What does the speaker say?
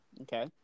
Okay